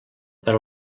per